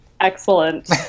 Excellent